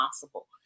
possible